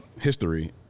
history